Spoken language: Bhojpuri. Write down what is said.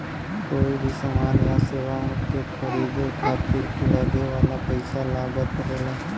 कोई भी समान या सेवा के खरीदे खातिर लगे वाला पइसा लागत होला